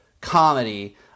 comedy